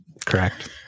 correct